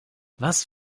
was